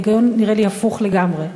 ההיגיון נראה לי הפוך לגמרי.